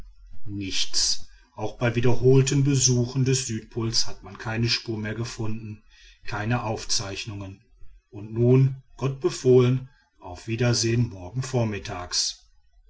nichts auch bei wiederholten besuchen des südpols hat man keine spuren mehr gefunden keine aufzeichnungen und nun gott befohlen auf wiedersehen morgen vormittags